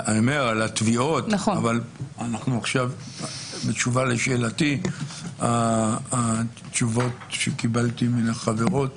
אבל בתשובה לשאלתי התשובות שקיבלתי מהחברות